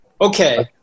Okay